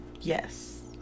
Yes